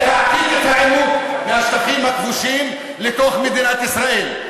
להעתיק את העימות מהשטחים הכבושים לתוך מדינת ישראל.